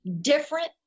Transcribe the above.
different